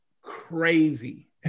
crazy